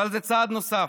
אבל זה צעד נוסף,